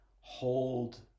hold